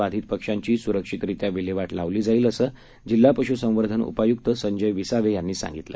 बाधितपक्ष्यांचीसुरक्षितरित्याविल्हेवा आवलीजाईलअसंजिल्हापशुसंवर्धनउपायुक्तसंजयविसावेयांनीसांगितलं